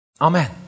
Amen